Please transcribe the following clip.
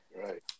Right